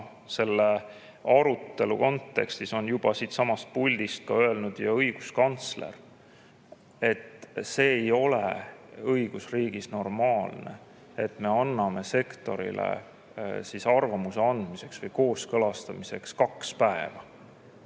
selle arutelu kontekstis on siitsamast puldist öelnud ka õiguskantsler, et see ei ole õigusriigis normaalne, et me anname sektorile arvamuse andmiseks või eelnõu kooskõlastamiseks kaks päeva.